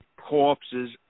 corpses